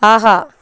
ஆஹா